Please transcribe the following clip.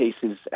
cases